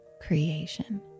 creation